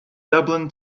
dublin